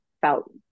felt